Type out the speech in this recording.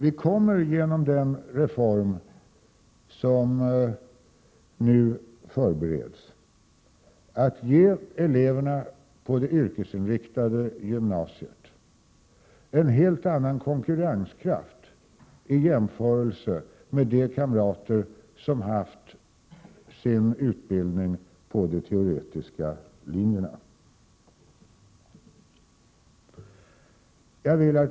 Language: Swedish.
Vi kommer genom den reform som nu förbereds att ge eleverna på det yrkesinriktade gymnasiet en helt annan konkurrenskraft i jämförelse med de kamrater som fått sin utbildning på de teoretiska linjerna. Herr talman!